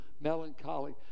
melancholy